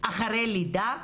אחרי לידה,